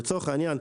לצורך העניין,